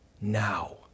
now